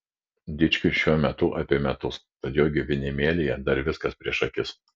dičkiui šiuo metu apie metus tad jo gyvenimėlyje dar viskas prieš akis